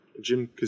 Jim